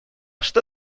что